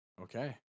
Okay